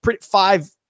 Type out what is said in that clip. five